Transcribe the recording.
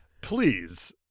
Please